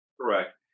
Correct